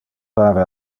pare